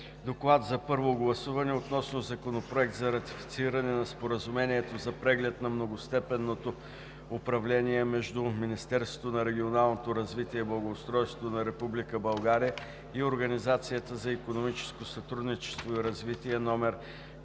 „ДОКЛАД за първо гласуване относно Законопроект за ратифициране на Споразумението за преглед на многостепенното управление между Министерството на регионалното развитие и благоустройството на Република България и Организацията за икономическо сътрудничество и развитие, №